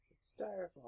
Styrofoam